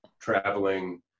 traveling